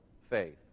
faith